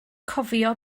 cofio